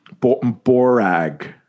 Borag